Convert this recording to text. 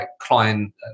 client